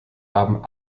haben